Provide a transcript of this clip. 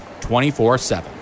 24-7